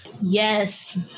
Yes